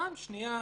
פעם שנייה,